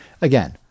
Again